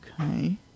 Okay